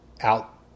out